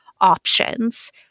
options